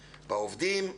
בעובדים,